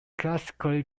classically